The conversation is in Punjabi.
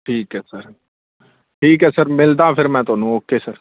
ਠੀਕ ਹੈ ਸਰ ਠੀਕ ਹੈ ਸਰ ਮਿਲਦਾ ਹਾਂ ਫਿਰ ਮੈਂ ਤੁਹਾਨੂੰ ਓਕੇ ਸਰ